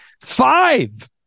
Five